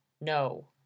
No